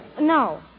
No